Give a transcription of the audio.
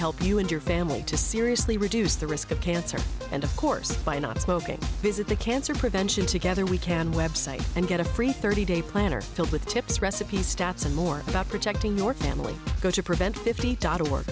help you and your family to seriously reduce the risk of cancer and of course by not smoking visit the cancer prevention together we can website and get a free thirty day planner filled with tips recipes stats and more about protecting your family go to prevent